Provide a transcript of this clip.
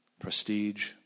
Prestige